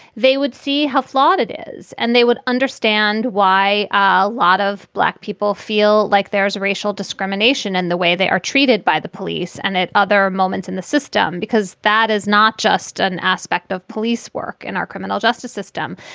they would see how flawed it is and they would understand why a lot of black people feel like there's racial discrimination and the way they are treated by the police and at other moments in the system, because that is not just an aspect of police work in our criminal justice system.